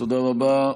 תודה רבה.